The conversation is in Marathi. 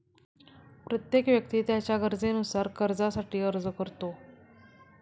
प्रत्येक व्यक्ती त्याच्या गरजेनुसार कर्जासाठी अर्ज करतो